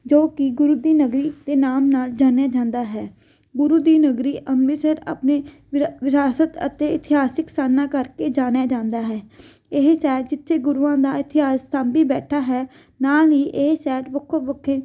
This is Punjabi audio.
ਜੋ ਕਿ ਗੁਰੂ ਦੀ ਨਗਰੀ ਦੇ ਨਾਮ ਨਾਲ ਜਾਣਿਆ ਜਾਂਦਾ ਹੈ ਗੁਰੂ ਦੀ ਨਗਰੀ ਅੰਮ੍ਰਿਤਸਰ ਆਪਣੇ ਵਿਰਾ ਵਿਰਾਸਤ ਅਤੇ ਇਤਿਹਾਸਿਕ ਸਥਾਨਾਂ ਕਰਕੇ ਜਾਣਿਆ ਜਾਂਦਾ ਹੈ ਇਹ ਚਾਹੇ ਜਿੱਥੇ ਗੁਰੂਆਂ ਦਾ ਇਤਿਹਾਸ ਸਾਂਭੀ ਬੈਠਾ ਹੈ ਨਾਲ ਹੀ ਇਹ ਸ਼ਹਿਰ ਵੱਖੋ ਵੱਖਰੇ